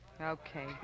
Okay